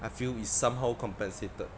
I feel is somehow compensated